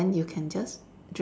then you can just